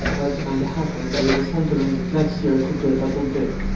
what is going to happen? there is a sentiment that next year could be a double dip.